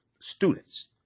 students